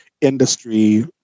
industry